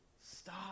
stop